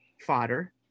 fodder